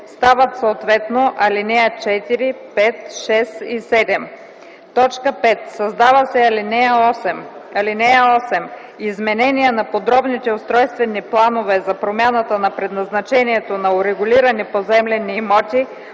стават съответно ал. 4, 5, 6 и 7. 5. Създава се ал. 8: „(8) Изменение на подробните устройствени планове за промяната на предназначението на урегулирани поземлени имоти,